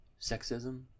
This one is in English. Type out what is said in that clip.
Sexism